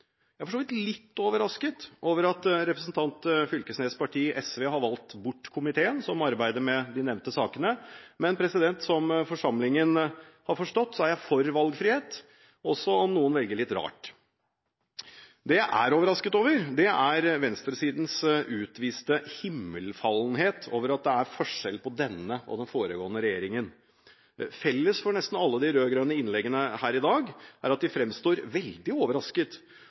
Jeg er for så vidt litt overrasket over at representanten Knag Fylkesnes’ parti, SV, har valgt bort komiteen som arbeider med de nevnte sakene. Men som forsamlingen har forstått, er jeg for valgfrihet, også om noen velger litt rart. Det jeg er overrasket over, er at venstresiden utviser himmelfallenhet over at det er forskjell på denne og den foregående regjeringen. Felles for nesten alle de rød-grønne innleggene her i dag er at en der fremstår som veldig overrasket